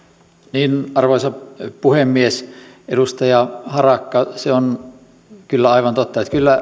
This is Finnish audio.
arvoisa puhemies edustaja harakka se on kyllä aivan totta että kyllä